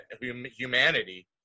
humanity